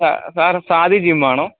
sir സാതീ gym വേണോ